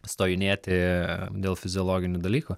stojinėti dėl fiziologinių dalykų